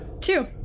Two